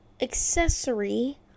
accessory